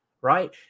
right